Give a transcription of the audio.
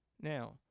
Now